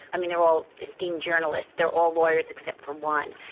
i mean they're all esteemed journalists, they're all lawyers except for one,